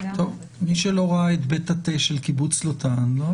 מי שלא ראה את בית התה של קיבוץ לוטן, לא